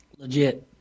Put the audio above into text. Legit